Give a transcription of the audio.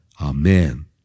amen